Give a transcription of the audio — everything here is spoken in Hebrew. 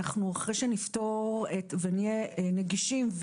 אחרי שנפתור ונהיה נגישים,